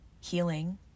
healing